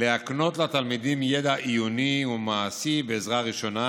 להקנות לתלמידים ידע עיוני ומעשי בעזרה ראשונה,